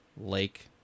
lake